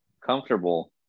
comfortable